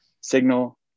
signal